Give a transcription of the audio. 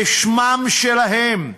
בשמם שלהם,